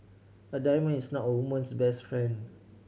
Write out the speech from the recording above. a diamond is not a woman's best friend